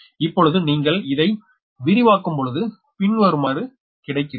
இப்பொழுது நீங்கள் இதை விரிவாக்கும் பொழுது பின்வருவது கிடைக்கிறது